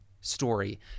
story